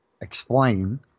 explain